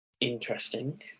Interesting